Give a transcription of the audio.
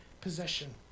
possession